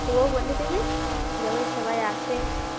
তুইও বলে দিবি যেমন সবাই আসে